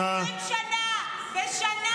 משילות של 20 שנה, בשנה הרסנו, נכון?